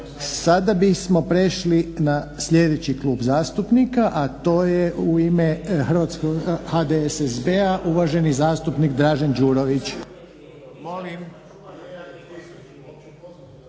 Sada bismo prešli na sljedeći klub zastupnika, a to je u ime HDSSB-a uvaženi zastupnik Dražen Đurović.